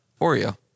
Oreo